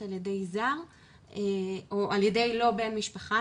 על ידי זר או על ידי לא בן משפחה,